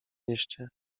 mieście